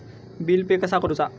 Bill pay कसा करुचा?